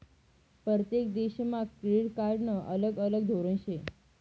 परतेक देशमा क्रेडिट कार्डनं अलग अलग धोरन शे